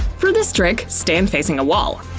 for this trick, stand facing a wall.